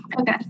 Okay